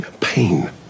pain